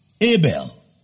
Abel